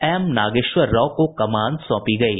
M Nageshwar Rao को कमान सौंपी गयी